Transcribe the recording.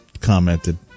commented